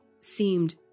seemed